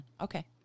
Okay